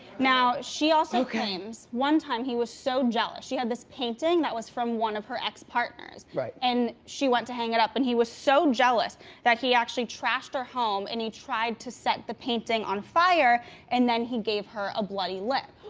now, she also claims, one time, he was so jealous. she had this painting that was from one of her ex-partners and she went to hang it up. and he was so jealous that he actually trashed her home and he tried to set the painting on fire and then, he gave her a bloody lip.